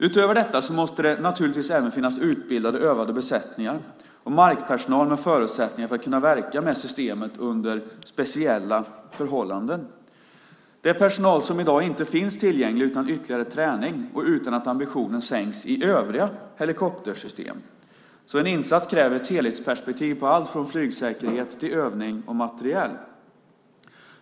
Utöver detta måste det naturligtvis även finnas utbildade, övade besättningar och markpersonal med förutsättningar för att verka med systemet under speciella förhållanden. Det är personal som i dag inte finns tillgänglig utan ytterligare träning och utan att ambitionen sänks i övriga helikoptersystem. En insats kräver alltså ett helhetsperspektiv på allt från flygsäkerhet till övning och materiel.